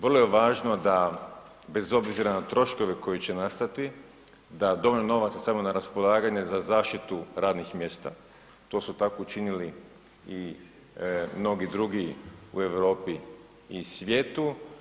Vrlo je važno da bez obzira na troškove koji će nastati da dovoljno novaca stavimo na raspolaganje za zaštitu radnih mjesta, to su tako učinili i mnogi drugi u Europi i svijetu.